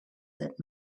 that